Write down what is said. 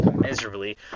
Miserably